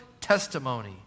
testimony